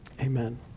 amen